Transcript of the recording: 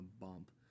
bump